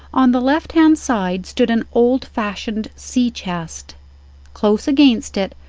on the left hand side stood an old-fashioned sea-chest. close against it,